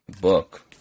book